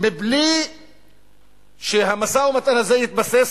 בלי שהמשא-ומתן הזה יתבסס